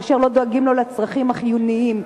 כאשר לא דואגים לו לצרכים החיוניים,